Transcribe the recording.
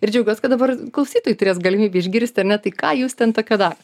ir džiaugiuos kad dabar klausytojai turės galimybę išgirsti ar ne tai ką jūs ten tokio dar